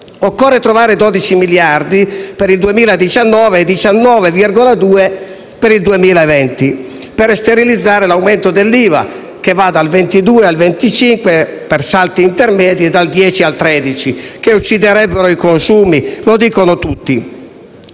occorre trovare 12 miliardi per il 2019 e 19,2 per il 2020 per sterilizzare l'aumento dell'IVA dal 22 al 25 per cento per salti intermedi e dal 10 al 13, la qual cosa ucciderebbe i consumi: lo dicono tutti.